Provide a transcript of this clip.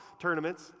tournaments